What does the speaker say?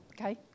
okay